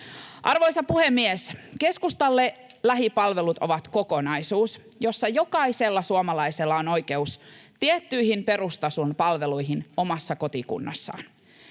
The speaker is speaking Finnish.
Arvoisa puhemies! Keskustalle lähipalvelut ovat kokonaisuus, jossa jokaisella suomalaisella on oikeus tiettyihin perustason palveluihin omassa kotikunnassaan.